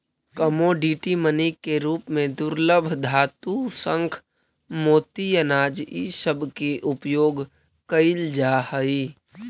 commodity money के रूप में दुर्लभ धातु शंख मोती अनाज इ सब के उपयोग कईल जा हई